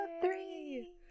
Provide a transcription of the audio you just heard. three